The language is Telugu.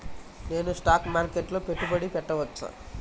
నేను స్టాక్ మార్కెట్లో పెట్టుబడి పెట్టవచ్చా?